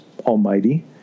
almighty